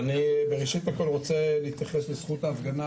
ראשית אני רוצה להתייחס לזכות ההפגנה,